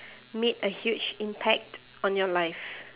made a huge impact on your life